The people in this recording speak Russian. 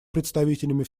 представителями